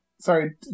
sorry